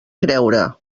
creure